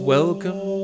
Welcome